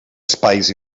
espais